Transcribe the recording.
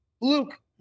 Luke